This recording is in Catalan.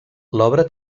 l’obra